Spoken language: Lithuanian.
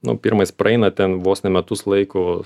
nu pirma jis praeina ten vos ne metus laiko